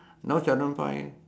now seldom find